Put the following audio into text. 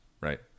right